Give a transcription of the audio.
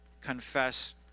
confess